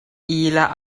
illa